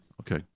Okay